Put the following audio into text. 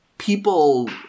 People